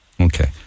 Okay